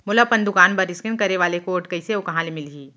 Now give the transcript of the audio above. मोला अपन दुकान बर इसकेन करे वाले कोड कइसे अऊ कहाँ ले मिलही?